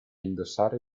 indossare